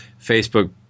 Facebook